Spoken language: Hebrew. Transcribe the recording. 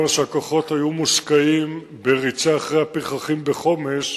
שהכוחות היו שקועים בריצה אחרי הפרחחים בחומש,